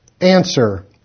Answer